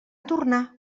tornar